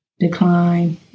decline